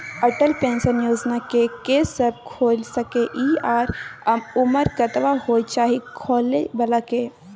Atal pension Yojana के के सब खोइल सके इ आ उमर कतबा होय चाही खोलै बला के?